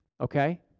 okay